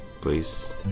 please